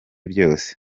byose